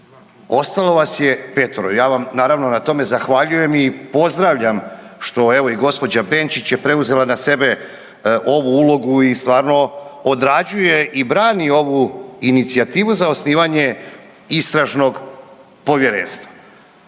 ostalo vas je petero. Ja vam naravno na tome zahvaljujem i pozdravljam što evo i gospođa Benčić je preuzela na sebe ovu ulogu i stvarno odrađuje i brani ovu inicijativu za osnivanje istražnog povjerenstva.